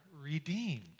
redeemed